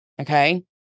Okay